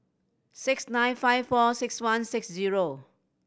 six nine five four six one six zero